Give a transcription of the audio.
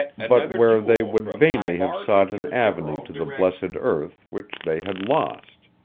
but where they would vainly have sought an avenue to the blessed earth which they had lost.